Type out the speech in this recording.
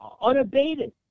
unabated